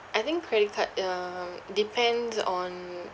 I think credit card um depends on